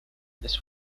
this